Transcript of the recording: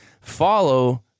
follow